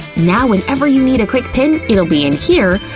now whenever you need a quick pin, it'l be in here,